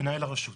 מנהל הרשות.